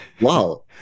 wow